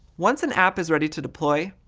once an app is ready to deploy,